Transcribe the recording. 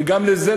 וגם בזה,